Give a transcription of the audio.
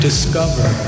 discover